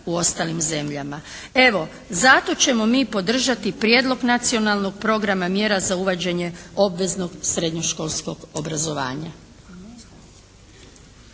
u ostalim zemljama. Evo, zato ćemo mi podržati Prijedlog Nacionalnog programa mjera za uvođenje obveznog srednjoškolskog obrazovanja.